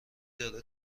داره